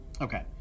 Okay